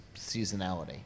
seasonality